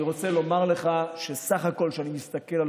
אני חייב לומר שאני מתפלא,